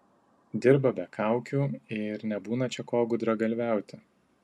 dirba be kaukių ir nebūna čia ko gudragalviauti